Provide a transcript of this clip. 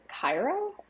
Cairo